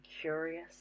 curious